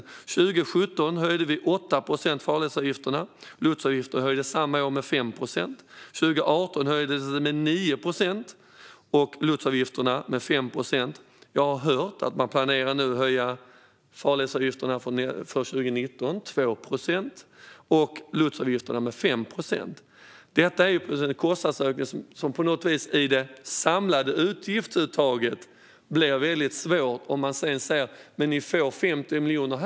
År 2017 höjde vi farledsavgifterna med 8 procent, och lotsavgifterna höjdes samma år med 5 procent. År 2018 höjdes farledsavgifterna med 9 procent och lotsavgifterna med 5 procent. Jag har hört att man nu planerar att höja farledsavgifterna med 2 procent från 2019 och lotsavgifterna med 5 procent. Detta är en kostnadsökning som i det samlade utgiftsuttaget blir väldigt svår om man sedan säger: Här får ni får 50 miljoner.